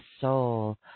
soul